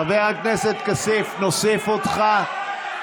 חבר הכנסת כסיף, נוסיף אותך.